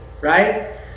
Right